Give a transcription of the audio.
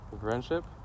friendship